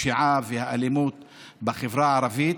הפשיעה והאלימות בחברה הערבית,